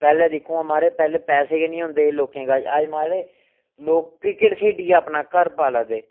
पैह्ले दिक्खो हां महाराज पैह्ले पैसे गै नी होंदे हे लोकें कश अज्जकल महाराज लोक क्रिकेट खेढियै अपना घर पाला दे